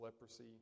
leprosy